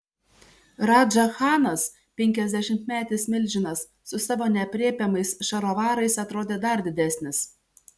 radža chanas penkiasdešimtmetis milžinas su savo neaprėpiamais šarovarais atrodė dar didesnis